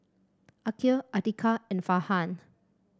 Aqil Atiqah and Farhan